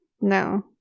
No